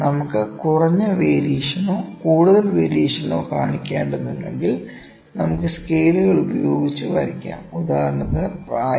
നമുക്ക് കുറഞ്ഞ വേരിയേഷനോ കൂടുതൽ വേരിയേഷനോ കാണിക്കേണ്ടതുണ്ടെങ്കിൽ നമുക്ക് സ്കെയിലുകൾ ഉപയോഗിച്ച് വരയ്ക്കാം ഉദാഹരണത്തിന് പ്രായം